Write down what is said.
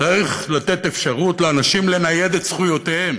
צריך לתת אפשרות לאנשים לנייד את זכויותיהם.